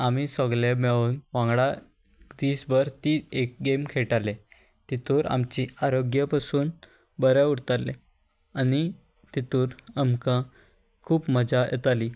आमी सोगले मेळून वांगडा दीस भर ती एक गेम खेळटाले तितूर आमची आरोग्य पसून बरें उरतालें आनी तितूर आमकां खूब मजा येताली